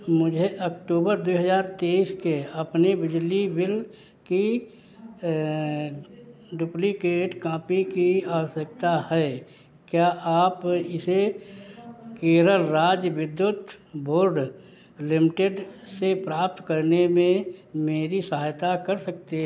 मुझे अक्टूबर दो हज़ार तेईस के अपने बिजली बिल की डुप्लिकेट कॉपी की आवश्यकता है क्या आप इसे केरल राज्य विद्युत बोर्ड लिमटेड से प्राप्त करने में मेरी सहायता कर सकते